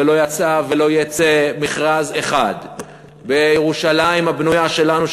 ולא יצא ולא יֵצא מכרז אחד בירושלים הבנויה שלנו,